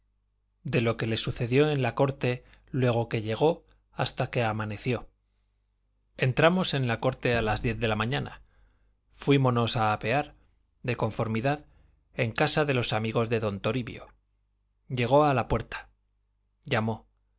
de lo que le sucedió en la corte luego que llegó hasta que amaneció entramos en la corte a las diez de la mañana fuímonos a apear de conformidad en casa de los amigos de don toribio llegó a la puerta llamó